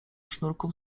sznurków